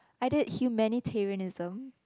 either humanitarianism